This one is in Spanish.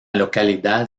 localidad